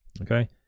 okay